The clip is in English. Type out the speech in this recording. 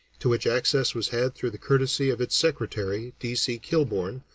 to which access was had through the courtesy of its secretary, d. c. kilbourn,